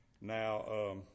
Now